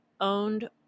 owned